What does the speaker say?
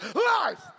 Life